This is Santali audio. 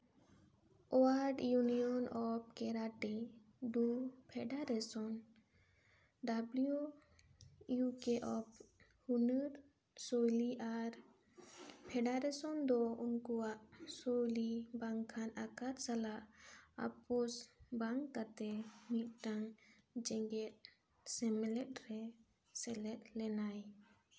ᱳᱟᱨᱞᱰ ᱤᱭᱩᱱᱤᱭᱚᱱ ᱚᱯᱷ ᱠᱮᱨᱟᱴᱤ ᱥᱩ federation W U K F ᱦᱩᱱᱟᱹᱨ ᱥᱳᱭᱞᱤ ᱟᱨ ᱯᱷᱮᱰᱟᱨᱮᱥᱚᱱ ᱫᱚ ᱩᱱᱠᱩᱣᱟᱜ ᱥᱳᱭᱞᱤ ᱵᱟᱝᱠᱷᱟᱱ ᱟᱠᱟᱫ ᱥᱟᱞᱟᱜ ᱟᱯᱳᱥ ᱵᱟᱝ ᱠᱟᱛᱮ ᱢᱤᱫᱴᱟᱝ ᱡᱮᱜᱮᱛ ᱥᱮᱢᱮᱞᱮᱫ ᱨᱮ ᱥᱮᱞᱮᱛ ᱞᱮᱱᱟᱭ